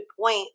point